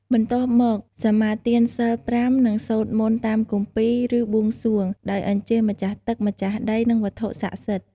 បន្ទាប់មក សមាទានសីល ៥ និង សូត្រមន្ត តាមគម្ពីរ ឬបួងសួង ដោយអញ្ជើញម្ចាស់ទឹកម្ចាស់ដី និងវត្ថុស័ក្តិសិទ្ធិ ។